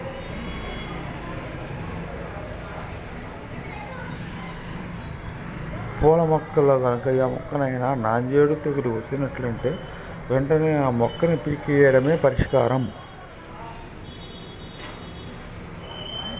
పూల మొక్కల్లో గనక ఏ మొక్కకైనా నాంజేడు తెగులు వచ్చినట్లుంటే వెంటనే ఆ మొక్కని పీకెయ్యడమే పరిష్కారం